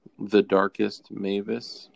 thedarkestmavis